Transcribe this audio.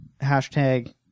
Hashtag